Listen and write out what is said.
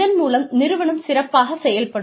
இதன் மூலம் நிறுவனம் சிறப்பாகச் செயல்படும்